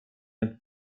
und